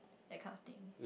that kind of thing